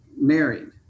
married